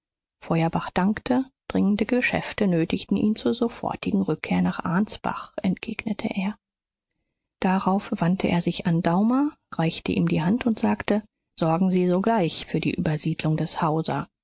feuerbach dankte dringende geschäfte nötigten ihn zu sofortiger rückkehr nach ansbach entgegnete er darauf wandte er sich an daumer reichte ihm die hand und sagte sorgen sie sogleich für die übersiedlung des